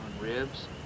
ribs